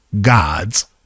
God's